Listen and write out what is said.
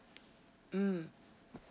mm